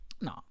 no